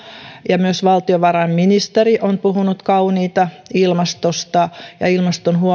ja myös valtiovarainministeri on puhunut kauniita ilmastosta ja ilmaston